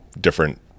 different